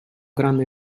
grande